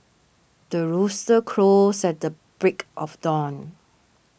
the rooster crows at the break of dawn